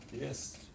Yes